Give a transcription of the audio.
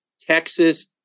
Texas